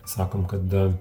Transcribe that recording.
sakom kad a